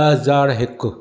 ॾह हज़ार हिकु